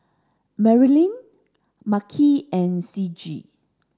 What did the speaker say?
Marilynn Makhi and Ciji